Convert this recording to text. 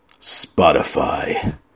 Spotify